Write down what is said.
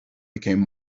became